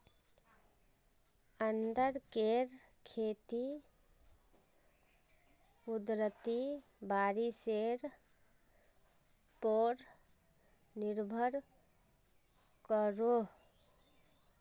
अदरकेर खेती कुदरती बारिशेर पोर निर्भर करोह